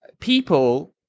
People